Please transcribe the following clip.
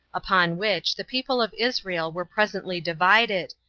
upon which the people of israel were presently divided,